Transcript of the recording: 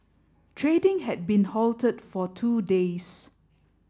trading had been halted for two days